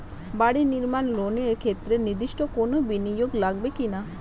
বাড়ি নির্মাণ ঋণের ক্ষেত্রে নির্দিষ্ট কোনো বিনিয়োগ লাগবে কি না?